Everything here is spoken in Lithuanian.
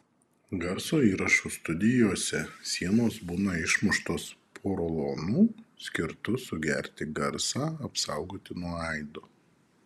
garso įrašų studijose sienos būna išmuštos porolonu skirtu sugerti garsą apsaugoti nuo aido